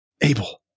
Abel